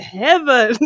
heaven